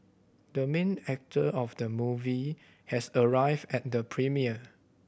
the main actor of the movie has arrived at the premiere